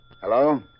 Hello